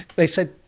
they said,